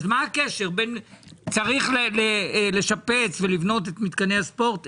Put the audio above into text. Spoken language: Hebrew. אז מה הקשר בין צריך לשפץ ולבנות את מתקני הספורט,